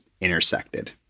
intersected